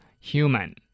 human